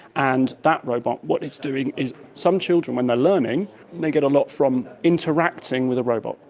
and that robot, what it's doing is some children when they are learning they get a lot from interacting with a robot.